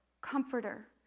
comforter